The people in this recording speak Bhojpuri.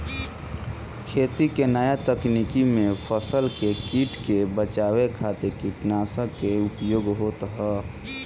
खेती के नया तकनीकी में फसल के कीट से बचावे खातिर कीटनाशक के उपयोग होत ह